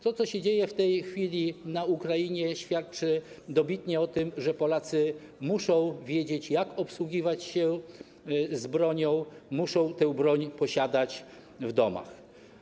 To co się dzieje w tej chwili na Ukrainie, świadczy dobitnie o tym, że Polacy muszą wiedzieć, jak obsługiwać broń, i muszą tę broń posiadać w domach.